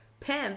Pimp